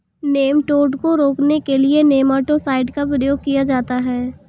nematode को रोकने के लिए नेमाटो साइड का प्रयोग किया जाता है